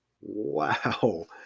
Wow